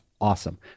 awesome